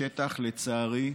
התמונות בשטח, לצערי,